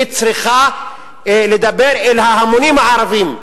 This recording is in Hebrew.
היא צריכה לדבר אל ההמונים הערבים,